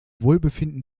wohlbefinden